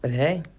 but hey,